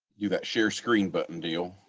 you got share screen button deal